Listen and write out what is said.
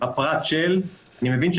בלי